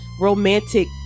romantic